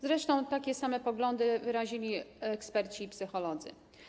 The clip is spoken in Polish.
Zresztą takie same poglądy wyrazili eksperci i psycholodzy.